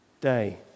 day